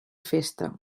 festa